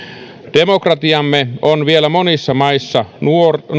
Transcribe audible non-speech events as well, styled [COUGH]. demokratiamme on vielä monissa maissa nuorta [UNINTELLIGIBLE]